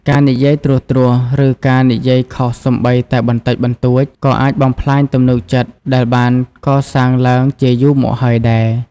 ការនិយាយត្រួសៗ ឬការនិយាយខុសសូម្បីតែបន្តិចបន្តួច ក៏អាចបំផ្លាញទំនុកចិត្តដែលបានកសាងឡើងជាយូរមកហើយដែរ។